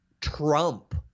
Trump